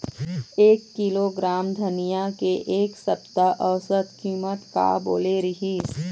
एक किलोग्राम धनिया के एक सप्ता औसत कीमत का बोले रीहिस?